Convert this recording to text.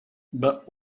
but